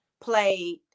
played